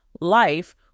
life